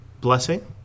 blessing